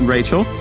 Rachel